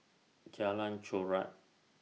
Jalan Chorak